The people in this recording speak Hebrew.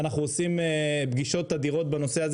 ואנחנו עושים פגישות תדירות בנושא הזה